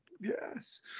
Yes